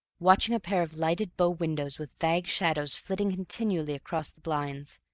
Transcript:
watching a pair of lighted bow-windows with vague shadows flitting continually across the blinds,